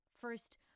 First